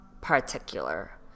particular